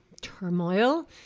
turmoil